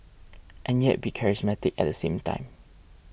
and yet be charismatic at the same time